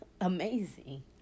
amazing